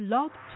Love